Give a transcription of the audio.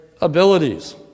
abilities